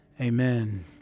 amen